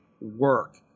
work